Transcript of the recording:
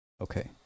Okay